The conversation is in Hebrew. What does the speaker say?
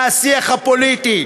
מהשיח הפוליטי,